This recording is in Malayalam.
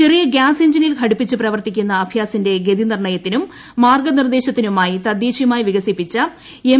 ചെറിയ ഗ്യാസ് എൻജിനിൽ ഘടിപ്പിച്ച് പ്രവർത്തിക്കുന്ന അഭ്യാസിന്റെ ഗതിനിർണ്ണയത്തിനും മാർഗ്ഗനിർദ്ദേശത്തിനുമായി തദ്ദേശീയമായി വികസിപ്പിച്ച എം